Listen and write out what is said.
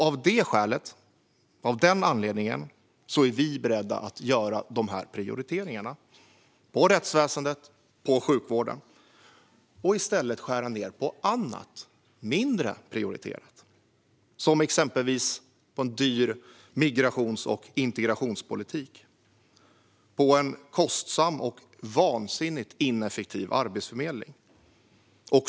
Av det skälet, av den anledningen, är vi beredda att göra en prioritering av rättsväsendet och sjukvården och i stället skära ner på annat, mindre prioriterat - exempelvis den dyra migrations och integrationspolitiken och den kostsamma och vansinnigt ineffektiva Arbetsförmedlingen.